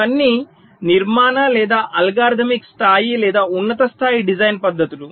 ఇవన్నీ నిర్మాణ లేదా అల్గోరిథమిక్ స్థాయి లేదా ఉన్నత స్థాయి డిజైన్ పద్ధతులు